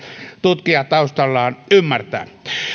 tutkijataustallaan ymmärtää